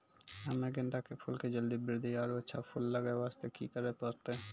हम्मे गेंदा के फूल के जल्दी बृद्धि आरु अच्छा फूल लगय वास्ते की करे परतै?